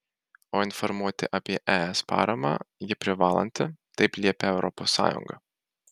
o informuoti apie es paramą ji privalanti taip liepia europos sąjunga